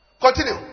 Continue